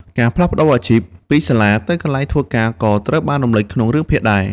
ការផ្លាស់ប្តូរអាជីព ពីសាលាទៅកន្លែងធ្វើការក៏ត្រូវបានរំលេចក្នុងរឿងភាគដែរ។